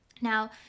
Now